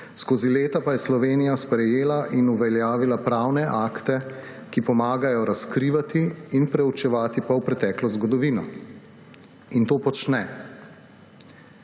skozi leta pa je Slovenija sprejela in uveljavila pravne akte, ki pomagajo razkrivati in preučevati polpreteklo zgodovino. In to počne.